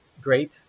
great